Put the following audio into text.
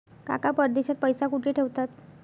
काका परदेशात पैसा कुठे ठेवतात?